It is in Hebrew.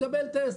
תקבל טסט,